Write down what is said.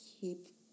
keep